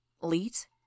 Leet